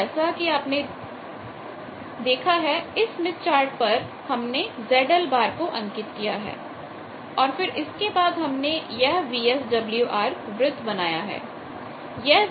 जैसा कि आप देख सकते हैं इस स्मिथ चार्ट पर हमने ZL को अंकित किया है और फिर इसके बाद हमने यह VSWR वृत्त बनाया है